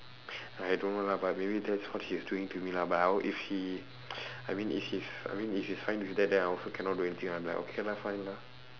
I don't know lah but maybe that's what she is doing to me lah but I will if she I mean if she's I mean if she's fine with that then I also cannot do anything I'm like okay lah fine lah